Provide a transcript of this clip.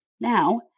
Now